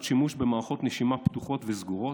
שימוש במערכות נשימה פתוחות וסגורות.